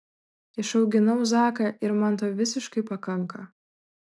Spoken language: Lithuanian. išauginau zaką ir man to visiškai pakanka